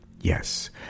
yes